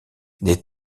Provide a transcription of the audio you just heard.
des